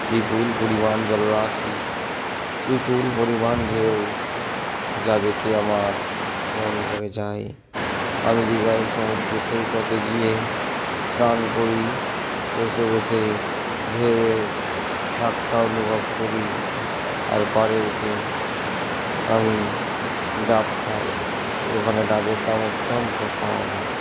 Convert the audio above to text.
বিপুল পরিমাণ জলরাশি বিপুল পরিমাণ ঢেউ যা দেখে আমার মন ভরে যায় আমি দিঘায় সমুদ্র সৈকতে গিয়ে স্নান করি বসে বসে ঢেউয়ের ধাক্কা অনুভব করি আর পারে উঠে আমি ডাব খাই ওখানে ডাবের দাম অত্যন্ত কম